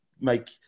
make